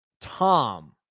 Tom